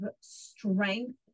strength